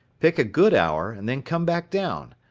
pick a good hour, and then come back down.